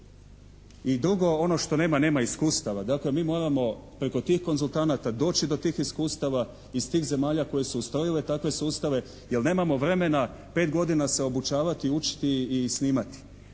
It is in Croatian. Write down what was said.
I drugo ono što nema, nema iskustava. Dakle, mi moramo preko tih konzultanata doći do tih iskustava iz tih zemalja koje su ustrojile takve sustave jer nemamo vremena pet godina se obučavati, učiti i snimati